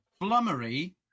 Flummery